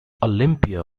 olympia